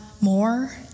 more